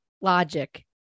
logic